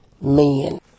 men